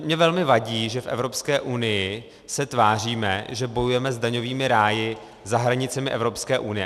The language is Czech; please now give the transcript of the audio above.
Mně velmi vadí, že v Evropské unii se tváříme, že bojujeme s daňovými ráji za hranicemi Evropské unie.